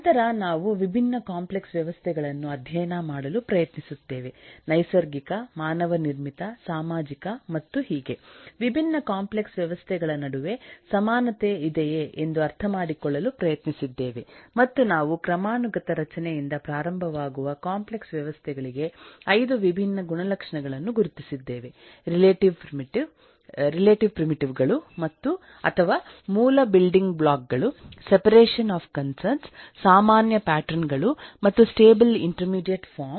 ನಂತರ ನಾವು ವಿಭಿನ್ನ ಕಾಂಪ್ಲೆಕ್ಸ್ ವ್ಯವಸ್ಥೆಗಳನ್ನು ಅಧ್ಯಯನ ಮಾಡಲು ಪ್ರಯತ್ನಿಸುತ್ತೇವೆ ನೈಸರ್ಗಿಕ ಮಾನವ ನಿರ್ಮಿತ ಸಾಮಾಜಿಕ ಮತ್ತು ಹೀಗೆ ವಿಭಿನ್ನ ಕಾಂಪ್ಲೆಕ್ಸ್ ವ್ಯವಸ್ಥೆಗಳ ನಡುವೆ ಸಮಾನತೆ ಇದೆಯೇ ಎಂದು ಅರ್ಥಮಾಡಿಕೊಳ್ಳಲು ಪ್ರಯತ್ನಿಸಿದ್ದೇವೆ ಮತ್ತು ನಾವು ಕ್ರಮಾನುಗತ ರಚನೆಯಿಂದ ಪ್ರಾರಂಭವಾಗುವ ಕಾಂಪ್ಲೆಕ್ಸ್ ವ್ಯವಸ್ಥೆಗಳಿಗೆ 5 ವಿಭಿನ್ನ ಗುಣಲಕ್ಷಣಗಳನ್ನು ಗುರುತಿಸಿದ್ದೇವೆ ರಿಲೇಟಿವ್ ಪ್ರಿಮಿಟಿವ್ ಗಳು ಅಥವಾ ಮೂಲ ಬಿಲ್ಡಿಂಗ್ ಬ್ಲಾಕ್ ಗಳು ಸೆಪರೇಷನ್ ಆಫ್ ಕನ್ಸರ್ನ್ಸ್ ಸಾಮಾನ್ಯ ಪ್ಯಾಟರ್ನ್ ಗಳು ಮತ್ತು ಸ್ಟೇಬಲ್ ಇಂಟರ್ಮೀಡಿಯೇಟ್ ಫಾರಂ